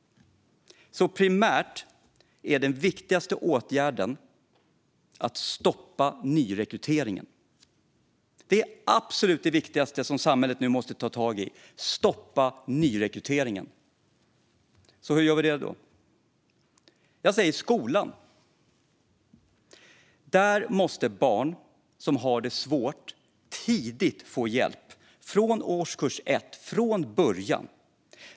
Primärt är alltså den viktigaste åtgärden att stoppa nyrekryteringen. Det är det absolut viktigaste som samhället nu måste ta tag i. Hur gör vi då det? Jag säger: skolan. Där måste barn som har det svårt tidigt få hjälp, från årskurs 1.